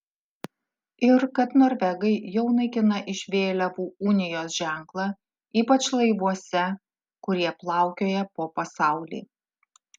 ir kad norvegai jau naikina iš vėliavų unijos ženklą ypač laivuose kurie plaukioja po pasaulį